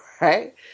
Right